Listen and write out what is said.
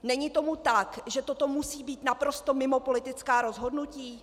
Není tomu tak, že toto musí být naprosto mimo politická rozhodnutí?